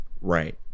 Right